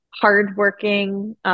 hardworking